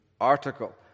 article